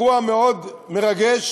אירוע מאוד מרגש,